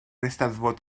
eisteddfod